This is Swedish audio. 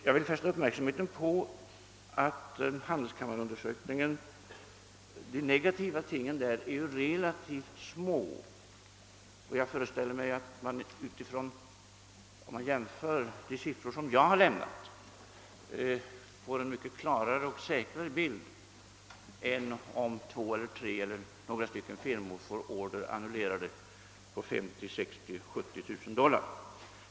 Jag vill fästa uppmärksamheten på att de negativa inslagen i handelskammarundersökningen är relativt små. Jag föreställer mig att man med utgång från de siffror jag lämnat får en mycket klarare och säkrare bild av läget än genom uppgifter om att två, tre eller flera firmor fått order annullerade uppgående till kanske 50 000, 60 000 eller 70 000 dollar.